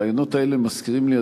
הרעיונות האלה מזכירים לי,